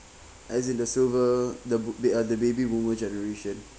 as in the silver the boo~ they uh the baby boomer generation